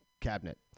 cabinet